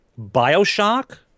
Bioshock